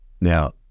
Now